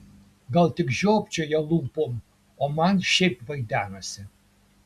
gal tik žiopčioja lūpom o man šiaip vaidenasi